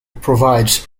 provides